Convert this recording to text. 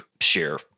share